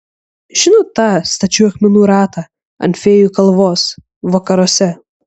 žinot tą stačių akmenų ratą ant fėjų kalvos vakaruose